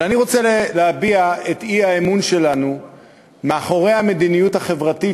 אבל אני רוצה להביע את האי-אמון שלנו לגבי המדיניות החברתית